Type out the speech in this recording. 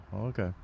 okay